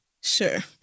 Sure